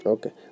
Okay